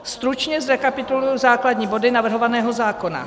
Stručně zrekapituluji základní body navrhovaného zákona.